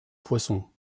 poisson